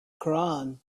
koran